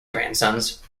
grandsons